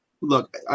look